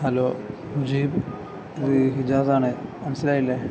hello Mujeeb ഇത് ഹിജാസ് ആണ് മനസ്സിലായില്ലേ